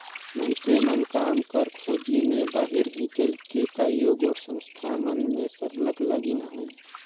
मइनसे मन काम कर खोझी में बाहिरे हिंकेल के कइयो गोट संस्था मन में सरलग लगिन अहें